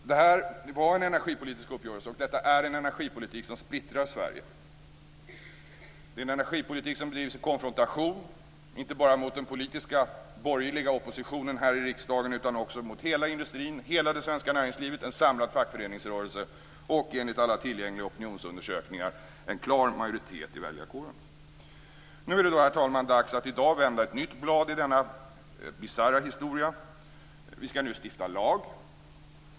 Det här var en energipolitisk uppgörelse, och detta är en energipolitik som splittrar Sverige. Det är en energipolitik som drivs i konfrontation, inte bara mot den politiska borgerliga oppositionen här i riksdagen utan också mot hela industrin, hela det svenska näringslivet, en samlad fackföreningsrörelse och, enligt alla tillgängliga opinionsundersökningar, en klar majoritet av väljarkåren. Nu är det, herr talman, dags att vända ett nytt blad i denna bisarra historia. Vi skall nu stifta lag.